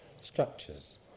structures